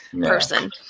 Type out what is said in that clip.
person